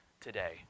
today